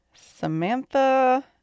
Samantha